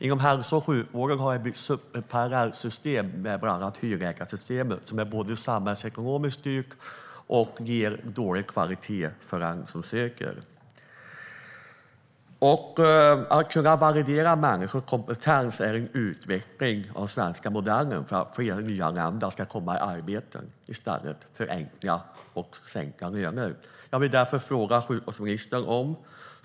Inom hälso och sjukvården har det byggts upp parallellsystem, bland annat hyrläkarsystemet, som både är samhällsekonomiskt dyrt och ger dålig kvalitet för den som söker vård. För att fler nyanlända ska komma i arbete kan man förbättra valideringen av människors kompetens, vilket är en utveckling av den svenska modellen, i stället för att sänka löner.